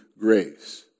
grace